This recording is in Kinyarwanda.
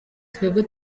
twebwe